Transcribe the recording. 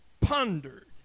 pondered